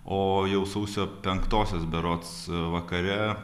o jau sausio penktosios berods vakare